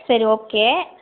சரி ஓகே